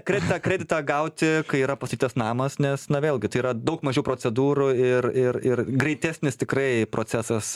kreditą kreditą gauti kai yra pastatytas namas nes na vėlgi tai yra daug mažiau procedūrų ir ir ir greitesnis tikrai procesas